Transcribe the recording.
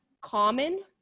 common